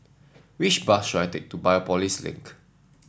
which bus should I take to Biopolis Link